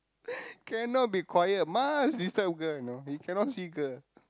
cannot be quiet must disturb girl you know he cannot see girl